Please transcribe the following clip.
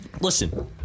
Listen